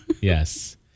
Yes